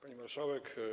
Pani Marszałek!